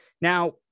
Now